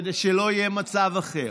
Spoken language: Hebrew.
כדי שלא יהיה מצב אחר.